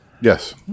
Yes